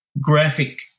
graphic